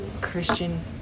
Christian